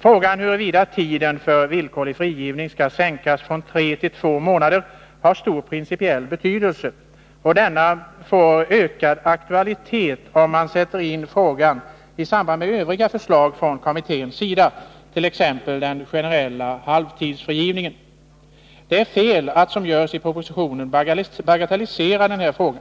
Frågan huruvida tiden för villkorlig frigivning skall sänkas från tre till två månader har stor principiell betydelse, och den får ökad aktualitet om man ställer frågan i samband med övriga förslag från kommitténs sida, t.ex. förslaget om en generell halvtidsfrigivning. Det är fel att, som görs i propositionen, bagatellisera denna fråga.